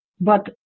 But-